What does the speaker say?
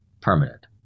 permanent